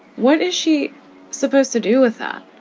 what is she supposed to do with that,